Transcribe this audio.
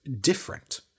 different